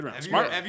Smart